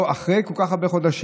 אחרי כל כך הרבה חודשים,